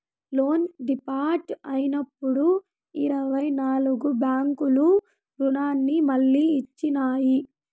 loan default అయినప్పుడు ఇరవై నాల్గు బ్యాంకులు రుణాన్ని మళ్లీ ఇచ్చినాయి